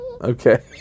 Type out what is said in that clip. Okay